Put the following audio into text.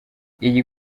iyi